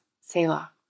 Selah